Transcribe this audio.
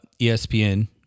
ESPN